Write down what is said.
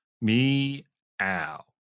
Me-ow